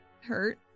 Hurt